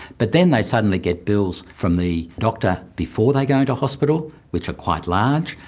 but then they suddenly get bills from the doctor before they go into hospital which are quite large.